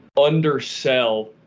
undersell